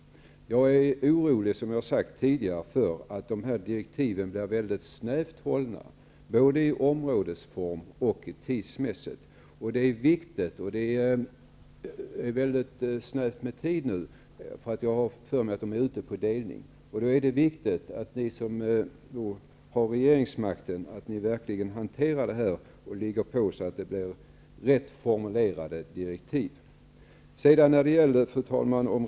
Som jag tidigare har sagt är jag orolig för att direktiven blir mycket snävt hållna, både när det gäller området och tidsmässigt. Det är nu mycket ont om tid -- jag har för mig att direktiven nu är ute på delning -- och då är det viktigt att ni som har regeringsmakten verkligen ligger på, så att direktiven blir rätt formulerade. Fru talman!